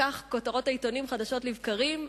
כך כותרות העיתונים חדשות לבקרים מדברות,